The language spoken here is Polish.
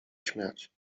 śmiać